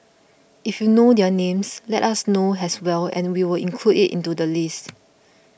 if you know their names let us know as well and we'll include it into the list